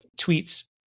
tweets